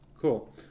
Cool